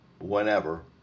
whenever